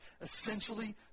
essentially